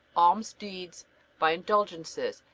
alms-deeds by indulgences,